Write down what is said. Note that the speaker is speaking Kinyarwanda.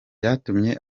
byatumye